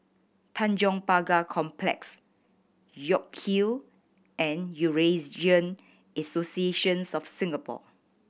Tanjong Pagar Complex York Hill and Eurasian Associations of Singapore